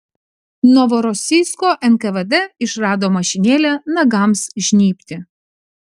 novorosijsko nkvd išrado mašinėlę nagams žnybti